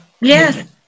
Yes